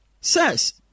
says